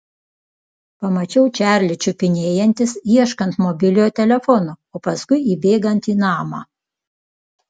pamačiau čarlį čiupinėjantis ieškant mobiliojo telefono o paskui įbėgant į namą